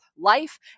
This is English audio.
life